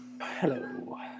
Hello